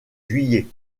juillet